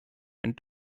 and